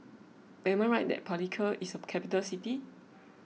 am I right that Palikir is a capital city